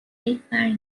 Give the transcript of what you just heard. deitar